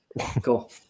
cool